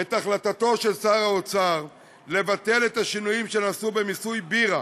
את החלטתו של שר האוצר לבטל את השינויים שנעשו במיסוי בירה